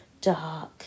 dark